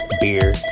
Beer